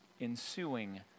ensuing